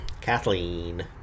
Kathleen